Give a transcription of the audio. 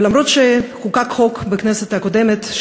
ואף שחוקק חוק בכנסת הקודמת,